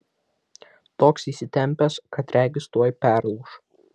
toks įsitempęs kad regis tuoj perlūš